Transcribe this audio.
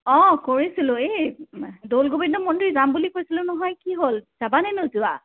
অঁ কৰিছিলোঁ এই দৌল গোবিন্দ মন্দিৰ যাম বুলি কৈছিলোঁ নহয় কি হ'ল যাবানে নোযোৱা